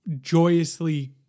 joyously